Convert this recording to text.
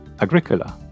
Agricola